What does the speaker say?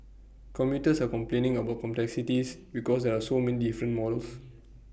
commuters are complaining about complexities because there are so many different models